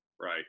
Right